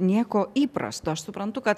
nieko įprasto aš suprantu kad